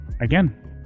again